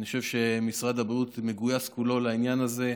אני חושב שמשרד הבריאות מגויס כולו לעניין הזה.